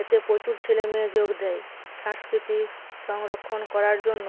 এতে প্রচুর ছেলে মেয়ে যোগ দেয় সাংস্কৃতিক সংরক্ষণ করার জন্য